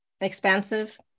expansive